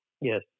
Yes